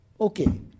okay